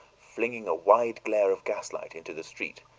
flinging a wide glare of gaslight into the street,